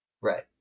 Right